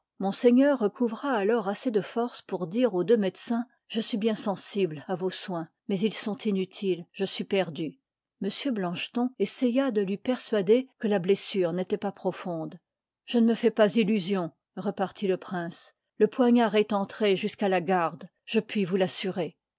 monseigneur recoutra alors assez de force pour dire aux deux médecins je suis bien sensible h vçs soins mais ils sont inutiles je suis peidu m blancheton essaya de lui persuader que la blessure n'étoit pas profonde f je ne me fais pas illusion repartit le prince le poignard est entré jusqu'à la garde je puis vous l'assurer